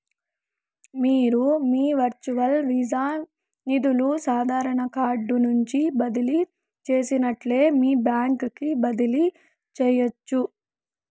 మీరు మీ virtual visa నిదులు సాదారన కార్డు నుంచి బదిలీ చేసినట్లే మీ బాంక్ కి బదిలీ చేయచ్చు